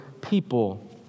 people